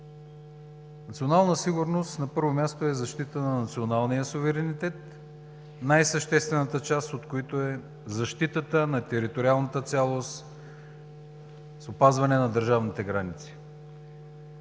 Национална сигурност на първо място е защита на националния суверенитет, най-съществената част от който е защитата на териториалната цялост, с опазване на държавните граници.